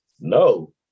no